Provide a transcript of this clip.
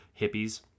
hippies